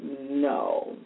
no